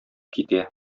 китә